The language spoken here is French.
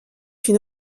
fut